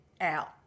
out